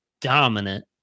dominant